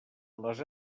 les